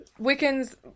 Wiccans